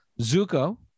Zuko